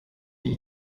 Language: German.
die